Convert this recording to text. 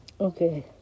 Okay